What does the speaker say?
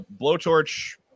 blowtorch